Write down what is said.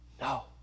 no